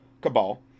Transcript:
cabal